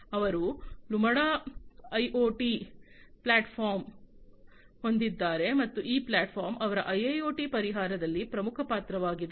ಅವರು Lumada IoT platform ಹೊಂದಿದ್ದಾರೆ ಮತ್ತು ಈ ಪ್ಲಾಟ್ಫಾರ್ಮ್ ಅವರ ಐಐಒಟಿ ಪರಿಹಾರದಲ್ಲಿ ಪ್ರಮುಖ ಪಾತ್ರವಾಗಿದೆ